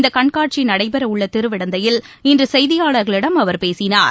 இந்தகண்காட்சிநடைபெறவுள்ளதிருவிடந்தையில் இன்றுசெய்தியாளர்களிடம் அவர் பேசினார்